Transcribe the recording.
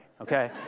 okay